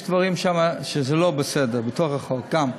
יש דברים שם שהם לא בסדר, בתוך החוק גם.